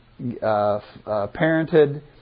parented